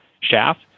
shaft